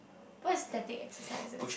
what is static exercises